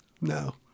No